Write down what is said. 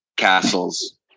Castles